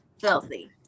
filthy